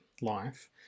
life